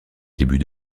début